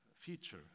feature